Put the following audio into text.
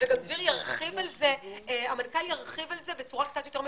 וגם המנכ"ל ירחיב על זה בצורה קצת יותר מפורטת,